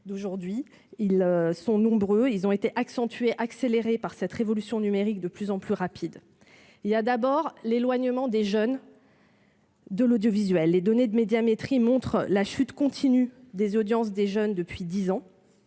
pas d'hier. Ils sont nombreux, et ils ont été accentués par la révolution numérique de plus en plus rapide. Le premier est l'éloignement des jeunes de l'audiovisuel. Les données de Médiamétrie montrent la chute continue des audiences des jeunes depuis dix ans.